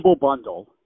bundle